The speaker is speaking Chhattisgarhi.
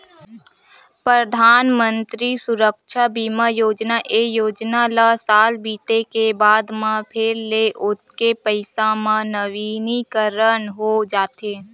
परधानमंतरी सुरक्छा बीमा योजना, ए योजना ल साल बीते के बाद म फेर ले ओतके पइसा म नवीनीकरन हो जाथे